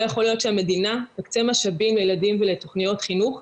לא יכול להיות שהמדינה תקצה משאבים לילדים ולתכניות חינוך,